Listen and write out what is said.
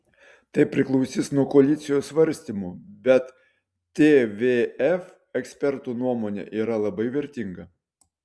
tai priklausys nuo koalicijos svarstymų bet tvf ekspertų nuomonė yra labai vertinga